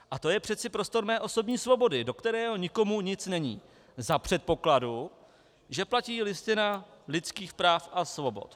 A to je přece prostor mé osobní svobody, do kterého nikomu nic není za předpokladu, že platí Listina lidských práv a svobod.